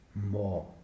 more